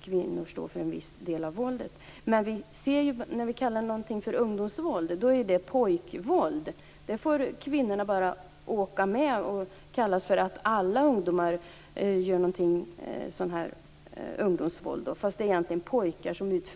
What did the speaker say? kvinnor står för en del av våldet. Ungdomsvåld är pojkvåld. Kvinnorna "åker med", och det kallas för ungdomsvåld när det egentligen är fråga om pojkar.